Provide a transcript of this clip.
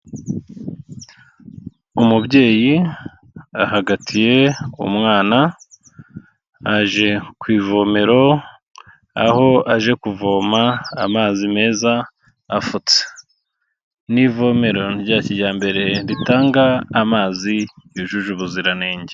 Umubyeyi ahagatiye umwana, aje ku ivomero, aho aje kuvoma amazi meza, afutse. Ni ivome rya kijyambere, ritanga amazi yujuje ubuziranenge.